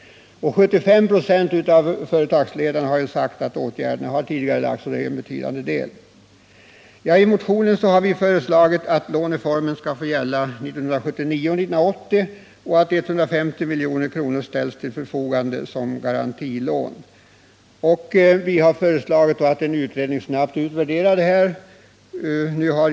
I motionen har vi föreslagit att låneformen skall få gälla också 1979 och 1980 och att 150 milj.kr. skall ställas till förfogande som garantilån. Vi har föreslagit att en utredning snabbt utvärderar det hela.